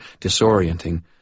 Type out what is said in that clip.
disorienting